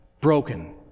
broken